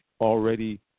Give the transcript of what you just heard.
already